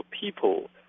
people